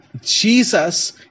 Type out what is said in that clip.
Jesus